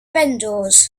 vendors